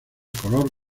color